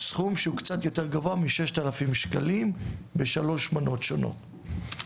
סכום שקצת יותר גבוה מ-6,000 ₪ בשלוש מנות שונות.